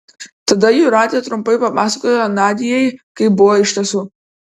tada jūratė trumpai papasakojo nadiai kaip buvo iš tiesų